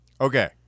okay